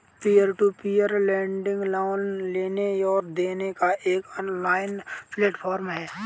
peer to peer lending loan लेने और देने का एक ऑनलाइन प्लेटफ़ॉर्म है